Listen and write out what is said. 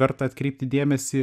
verta atkreipti dėmesį